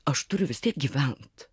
aš turiu vis tiek gyvent